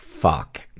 Fuck